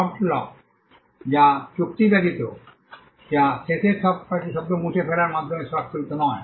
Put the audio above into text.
soft law বা চুক্তি ব্যতীত যা শেষের কয়েকটি শব্দ মুছে ফেলার মাধ্যমে স্বাক্ষরিত নয়